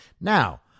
Now